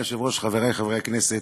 אדוני היושב-ראש, חברי חברי הכנסת,